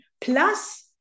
plus